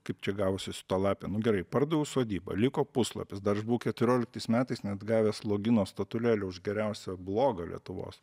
kaip čia gavosi su ta lape nu gerai pardaviau sodybą liko puslapis dar aš buvau keturioliktais metais net gavęs logino statulėlę už geriausią blogą lietuvos